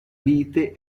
vite